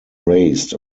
raised